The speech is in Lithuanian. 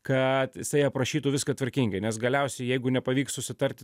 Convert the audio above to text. kad jisai aprašytų viską tvarkingai nes galiausiai jeigu nepavyks susitarti